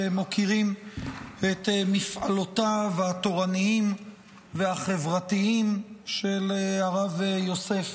שמוקירים את מפעלותיו התורניים והחברתיים של הרב יוסף,